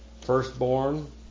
firstborn